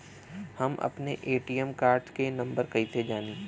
हम अपने ATM card के नंबर कइसे जानी?